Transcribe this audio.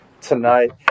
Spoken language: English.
tonight